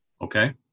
Okay